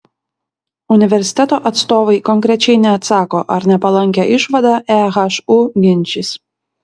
universiteto atstovai konkrečiai neatsako ar nepalankią išvadą ehu ginčys